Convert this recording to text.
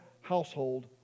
household